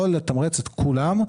לא לתמרץ את כולם.